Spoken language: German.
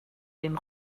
den